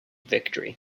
victory